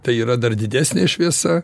tai yra dar didesnė šviesa